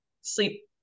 sleep